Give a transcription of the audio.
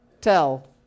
Tell